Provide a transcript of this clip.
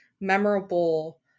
memorable